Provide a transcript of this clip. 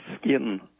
skin